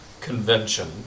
convention